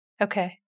okay